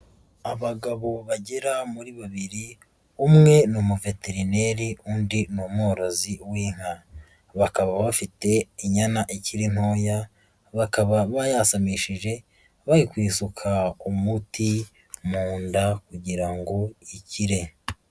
Abagabo bagera muri babiri, umwe ni umuveterineri undi ni mworozi w'inka. Bakaba bafite inyana ikiri ntoya, bakaba bayasamishije bari kuyisuka umuti mu nda kugira ngo ikire.